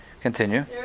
Continue